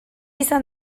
izan